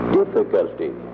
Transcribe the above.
difficulty